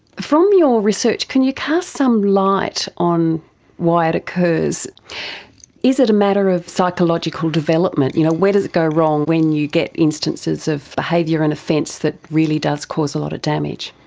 from your research can you cast some light on why it occurs is it a matter of psychological development, you know where does it go wrong when you get instances of behaviour and offence that really does cause a lot of damage?